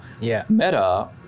Meta